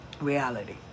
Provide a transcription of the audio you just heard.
reality